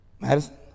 Madison